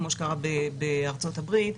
כמו שקרה בארצות הברית.